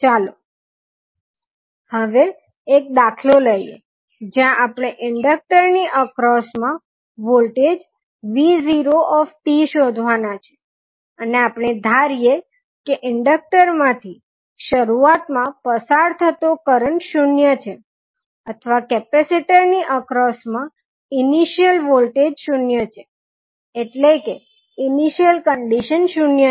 ચાલો હવે એક દાખલો લઈએ જ્યાં આપણે ઇન્ડકટર ની અક્રોસ મા વોલ્ટેજ vot શોધવાનાં છે અને આપણે ધારીએ કે ઇન્ડકટર માંથી શરુઆતમાં પસાર થતો કરંટ શૂન્ય છે અથવા કેપેસિટર ની અક્રોસ મા ઇનિશિઅલ વોલ્ટેજ શૂન્ય છે એટલે કે ઇનીશીયલ કંડીશન શૂન્ય છે